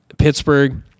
Pittsburgh